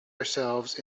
ourselves